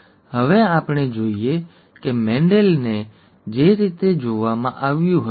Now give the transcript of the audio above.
હવે આપણે જોઈએ કે મેન્ડેલને જે રીતે જોવામાં આવ્યું હતું